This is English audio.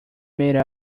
made